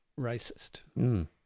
Racist